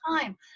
time